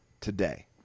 today